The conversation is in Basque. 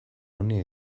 honi